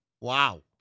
Wow